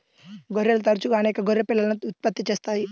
గొర్రెలు తరచుగా అనేక గొర్రె పిల్లలను ఉత్పత్తి చేస్తాయి